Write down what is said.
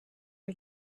are